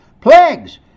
plagues